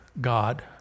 God